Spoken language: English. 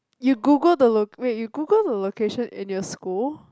you Google the loc~ wait you Google the location in your school